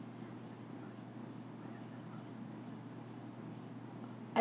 I